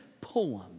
poem